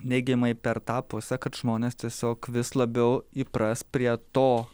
neigiamai per tą pusę kad žmonės tiesiog vis labiau įpras prie to